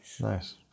Nice